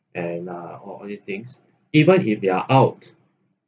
and uh all of these things even if they're out